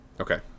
okay